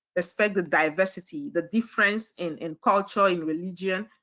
respect the diversity, the difference in in culture, in religion,